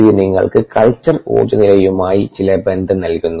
ഇത് നിങ്ങൾക്ക് കൾച്ചർ ഊർജ്ജ നിലയുമായി ചില ബന്ധം നൽകുന്നു